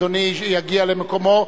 אדוני יגיע למקומו.